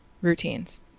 routines